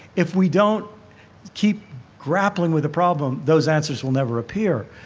if we don't keep grappling with the problem, those answers will never appear.